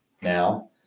now